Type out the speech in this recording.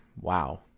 wow